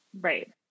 right